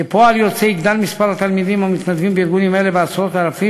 כפועל יוצא יגדל מספר התלמידים המתנדבים בארגונים האלה בעשרות-אלפים,